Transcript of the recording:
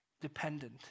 dependent